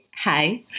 Hi